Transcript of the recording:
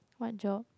what job